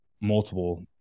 multiple